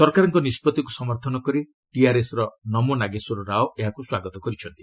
ସରକାରଙ୍କ ନିଷ୍ପଭିକୁ ସମର୍ଥନ କରି ଟିଆର୍ଏସ୍ର ନମୋ ନାଗେଶ୍ୱର ରାଓ ଏହାକୁ ସ୍ୱାଗତ କରିଛନ୍ତି